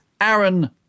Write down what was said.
Aaron